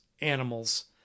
animals